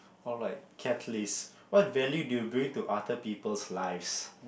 alright catalyst what value do you bring to other peoples' lives